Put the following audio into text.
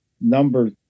Number